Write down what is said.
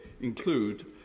include